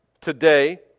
today